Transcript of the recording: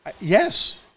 Yes